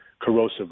corrosive